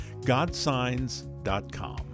godsigns.com